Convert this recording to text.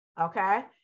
okay